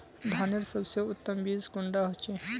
धानेर सबसे उत्तम बीज कुंडा होचए?